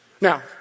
Now